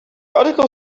article